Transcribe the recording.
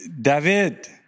David